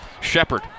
Shepard